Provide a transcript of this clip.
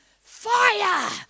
fire